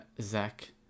Zach